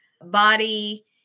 body